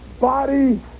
body